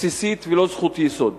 בסיסית ולא זכות יסוד,